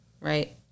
right